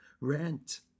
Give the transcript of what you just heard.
rent